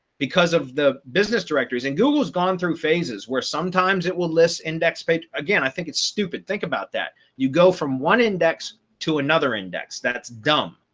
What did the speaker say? because of the business directories. and google is gone through phases where sometimes it will this index page again, i i think it's stupid, think about that. you go from one index to another index. that's dumb.